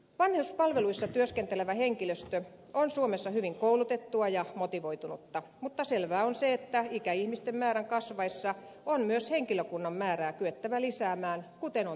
vanhuspalveluissa työskentelevä henkilöstö on suomessa hyvin koulutettua ja motivoitunutta mutta selvää on se että ikäihmisten määrän kasvaessa on myös henkilökunnan määrää kyettävä lisäämään kuten on tehtykin